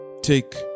Take